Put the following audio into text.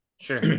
sure